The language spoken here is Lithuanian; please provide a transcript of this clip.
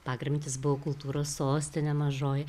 pagramantis buvo kultūros sostinė mažoji